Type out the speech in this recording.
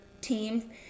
team